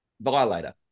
Violator